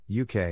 UK